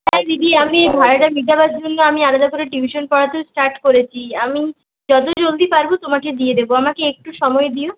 হ্যাঁ দিদি আমি ভাড়াটা মেটাবার জন্য আমি আলাদা করে টিউশন পড়াতেও স্টার্ট করেছি আমি যত জলদি পারবো তোমাকে দিয়ে দেবো আমাকে একটু সময় দিও